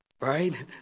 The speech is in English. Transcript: right